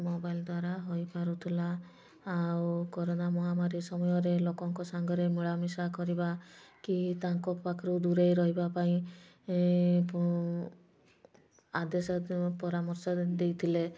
mobile ଦ୍ୱାରା ହୋଇପାରୁଥୁଲା ଆଉ କରୋନା ମହାମାରୀ ସମୟରେ ଲୋକଙ୍କ ସାଙ୍ଗରେ ମିଳାମିଶା କରିବା କି ତାଙ୍କ ପାଖରୁ ଦୂରେଇ ରହିବା ପାଇଁ ଆଦେଶ ପରାମର୍ଶ ଦେଇଥିଲେ